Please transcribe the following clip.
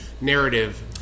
narrative